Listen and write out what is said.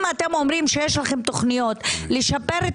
אם אתם אומרים שיש לכם תוכניות לשפר את